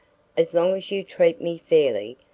as long as you treat me fairly,